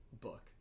book